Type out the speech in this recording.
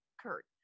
Kurt